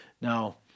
Now